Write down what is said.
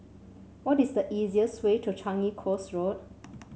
what is the easiest way to Changi Coast Road